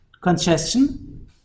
congestion